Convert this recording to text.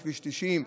לכביש 90,